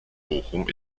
bochum